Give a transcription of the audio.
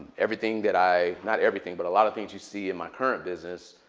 everything that i not everything, but a lot of things you see in my current business,